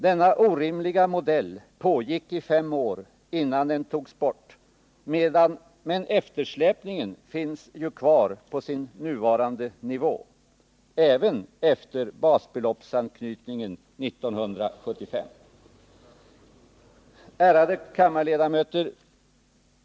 Denna orimliga modell tillämpades i fem år innan den togs bort, men eftersläpningen finns ju kvar på sin nuvarande nivå, även efter basbeloppsanknytningen 1975. Ärade kammarledamöter!